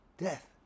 Death